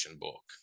book